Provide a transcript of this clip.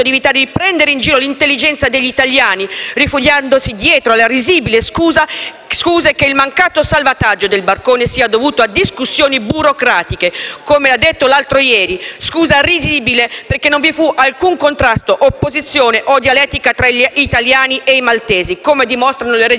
l'intelligenza degli italiani, rifugiandosi dietro la risibile scusa che il mancato salvataggio del barcone sia dovuto a discussioni burocratiche, come ha detto l'altro ieri. Scusa risibile, poiché non vi fu alcun contrasto, opposizione o dialettica tra italiani e maltesi, come dimostrano le registrazioni.